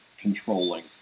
controlling